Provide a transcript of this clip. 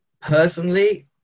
Personally